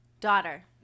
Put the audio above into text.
Daughter